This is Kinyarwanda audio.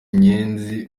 inyenzi